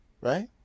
right